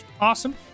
awesome